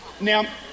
now